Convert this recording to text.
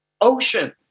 ocean